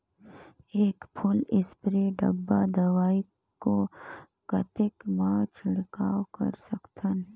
एक full spray डब्बा दवाई को कतेक म छिड़काव कर सकथन?